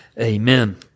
Amen